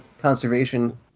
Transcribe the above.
conservation